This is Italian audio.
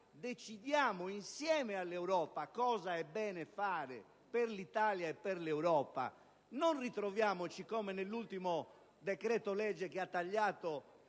decidiamo noi, insieme all'Europa, cosa è bene fare per l'Italia e per l'Europa. Non ritroviamoci come in occasione dell'ultimo decreto-legge che ha tagliato